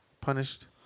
punished